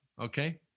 okay